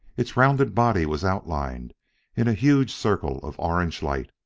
its rounded body was outlined in a huge circle of orange light.